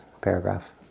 paragraph